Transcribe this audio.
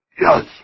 Yes